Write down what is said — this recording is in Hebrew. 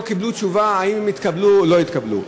קיבלו תשובה אם הם התקבלו או לא התקבלו.